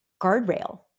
guardrail